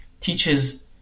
teaches